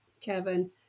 Kevin